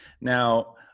Now